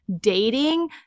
dating